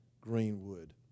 Greenwood